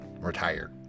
retired